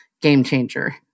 game-changer